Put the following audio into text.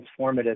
transformative